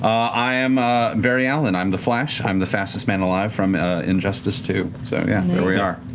i am barry allen, i'm the flash, i'm the fastest man alive from injustice two, so yeah, here we are.